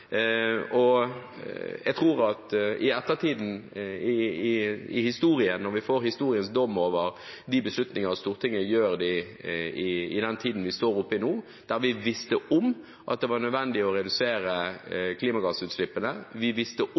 Jeg tror at når vi i ettertiden får historiens dom over de beslutninger Stortinget gjør i den tiden vi er oppe i nå – der vi visste om at det var nødvendig å redusere klimagassutslippene, der vi visste om